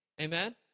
Amen